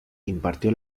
impartió